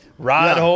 Rod